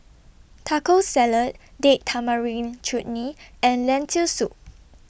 Taco Salad Date Tamarind Chutney and Lentil Soup